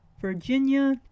Virginia